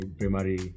primary